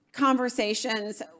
conversations